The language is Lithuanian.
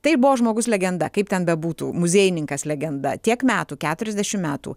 tai buvo žmogus legenda kaip ten bebūtų muziejininkas legenda tiek metų keturiasdešim metų